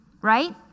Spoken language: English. right